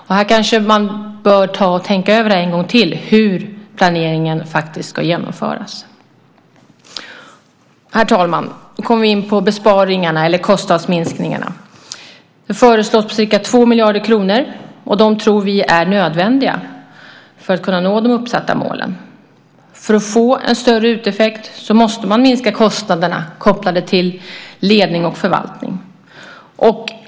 Man kanske bör tänka över en gång till hur planeringen faktiskt ska genomföras. Herr talman! Nu kommer vi in på besparingarna, eller kostnadsminskningarna. De föreslås ligga på ca 2 miljarder kronor, och det tror vi är nödvändigt för att vi ska kunna nå de uppsatta målen. För att få en större uteffekt måste man minska kostnaderna kopplade till ledning och förvaltning.